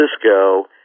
Francisco